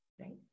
right